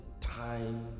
time